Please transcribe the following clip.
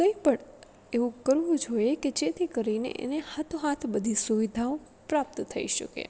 કંઈપણ એવું કરવું જોઈએ કે જેથી કરીને એને હાથો હાથ બધી સુવિધાઓ પ્રાપ્ત થઈ શકે